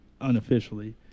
unofficially